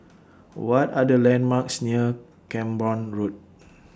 What Are The landmarks near Camborne Road